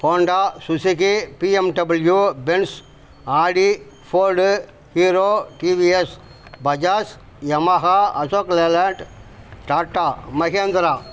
Honda Suzuki BMW Benz Audi Ford Hero TVS Bajaj Yamaha Ashok Leyland Tata Mahindra